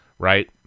right